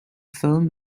film